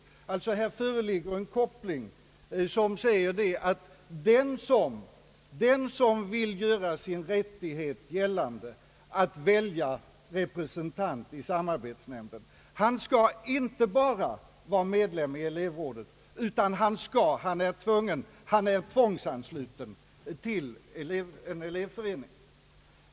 Här föreligger en sammankoppling: den som vill göra sin rättighet gällande att välja representant i samarbetsnämnden, han skall inte bara vara medlem i elevrådet utan han är tvungen att vara ansluten till en elevförening.